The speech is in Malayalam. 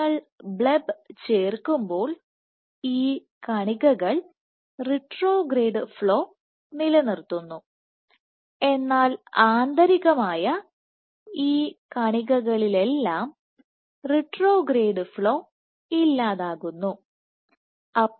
നിങ്ങൾ ബ്ലെബ് ചേർക്കുമ്പോൾ ഈ കണികകൾ റിട്രോഗ്രേഡ് ഫ്ലോ നിലനിർത്തുന്നു എന്നാൽ ആന്തരികമായ ഈ കണികകളിലെല്ലാം റിട്രോഗ്രേഡ് ഫ്ലോ ഇല്ലാതാകന്നു